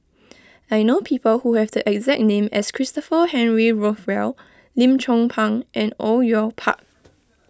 I know people who have the exact name as Christopher Henry Rothwell Lim Chong Pang and Au Yue Pak